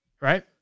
Right